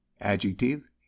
Adjective